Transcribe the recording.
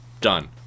done